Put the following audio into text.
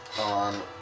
On